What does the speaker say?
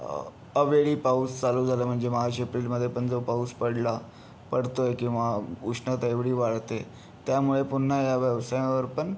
अवेळी पाऊस चालू झाला म्हणजे मार्च एप्रिलमध्ये पण जो पाऊस पडला पडतो आहे किंवा उष्णता एवढी वाढते त्यामुळे पुन्हा या व्यवसायावर पण फरक पडतो